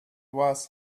was